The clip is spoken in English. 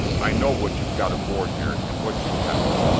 i know what you've got aboard here and what you haven't.